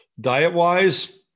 Diet-wise